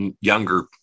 younger